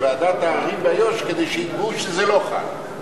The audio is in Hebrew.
ועדת העררים באיו"ש כדי שיקבעו שזה לא חל.